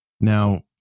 Now